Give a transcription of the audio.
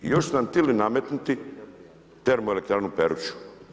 I još su nam htjeli nametnuti termoelektranu Peruču.